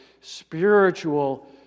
spiritual